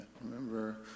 remember